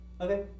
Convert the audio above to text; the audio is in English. Okay